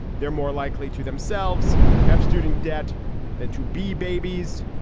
they're more likely to themselves have student debt than to be babies.